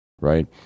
right